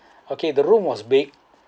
okay the room was big